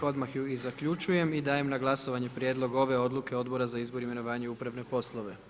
Odmah ju i zaključujem i dajem na glasovanje Prijedlog ove odluke Odbora za izbor, imenovanje i upravne poslove.